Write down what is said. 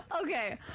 Okay